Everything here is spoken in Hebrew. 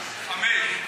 חמש,